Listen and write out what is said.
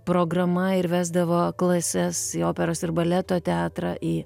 programa ir vesdavo klases į operos ir baleto teatrą į